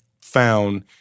found